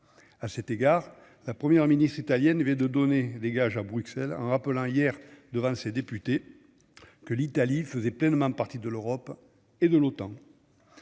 à cet égard la première ministre italienne et de donner des gages à Bruxelles en rappelant hier devant ses députés que l'Italie faisait pleinement partie de l'Europe et de l'OTAN,